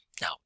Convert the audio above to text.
Now